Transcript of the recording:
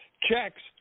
checks